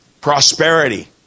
prosperity